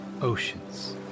oceans